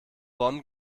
bonn